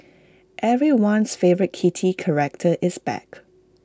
everyone's favourite kitty character is back